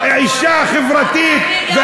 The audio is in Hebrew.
האישה החברתית, גם דיון על המואזין.